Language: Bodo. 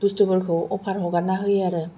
बुसथुफोरखौ अफार हगारनानै होयो आरो